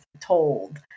told